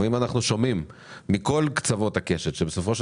אם אנחנו שומעים מכל קצוות הקשת שבסופו של